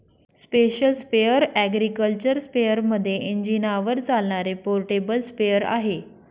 special sprayer agriculture स्पेअरमध्ये इंजिनावर चालणारे पोर्टेबल स्प्रेअर आहे